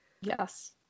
Yes